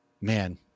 man